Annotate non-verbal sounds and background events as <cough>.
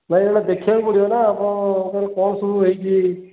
ନାଇଁ <unintelligible> ଦେଖିବାକୁ ପଡ଼ିବ ନା ଆପଣଙ୍କର କ'ଣ ସବୁ ହେଇଛି